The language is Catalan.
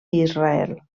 israel